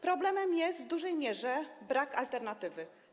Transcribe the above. Problemem jest w dużej mierze brak alternatywy.